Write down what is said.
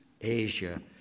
Asia